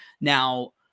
Now